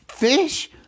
Fish